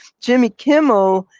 jimmy kimmel,